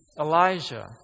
Elijah